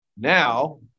Now